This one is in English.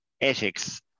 ethics